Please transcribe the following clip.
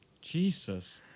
Jesus